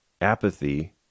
apathy